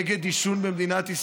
נגד עישון במדינת ישראל,